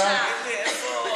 מילת סיכום,